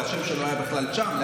אבל השם שלו היה בכלל שם,